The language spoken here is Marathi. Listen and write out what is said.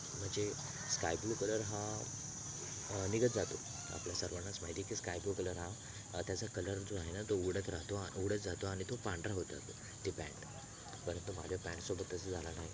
म्हणजे स्कायब्लू कलर हा निघत राहतो आपल्या सर्वांनाच माहिती आहे की स्कायब्लू कलर हा त्याचा कलर जो आहे ना तो उडत राहतो उडत जातो आणि तो पांढरा होत जातो ती पॅन्ट परंतु माझ्या पॅन्टसोबत तसं झाला नाही